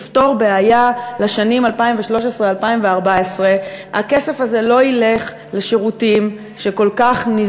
לפתור בעיה לשנים 2013 2014. הכסף הזה לא ילך לשירותים שאנחנו,